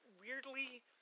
weirdly